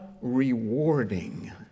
rewarding